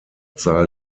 zahl